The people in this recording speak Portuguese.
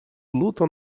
lutam